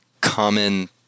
common